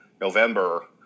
November